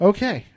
Okay